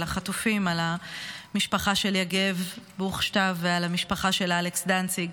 על המשפחה של יגב בוכשטב ועל המשפחה של אלכס דנציג,